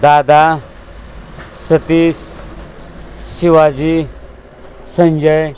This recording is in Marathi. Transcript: दादा सतीश शिवाजी संजय